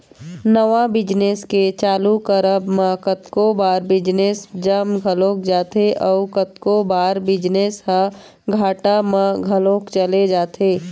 नवा बिजनेस के चालू करब म कतको बार बिजनेस जम घलोक जाथे अउ कतको बार बिजनेस ह घाटा म घलोक चले जाथे